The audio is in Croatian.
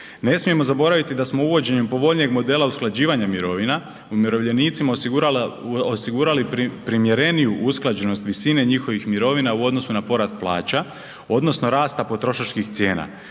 Ne smijemo zaboraviti da smo uvođenjem povoljnijeg modela usklađivanja mirovina umirovljenicima osigurali primjereniju usklađenost visine njihovih mirovina u odnosu na porast plaća odnosno rasta potrošačkih cijena.